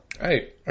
Hey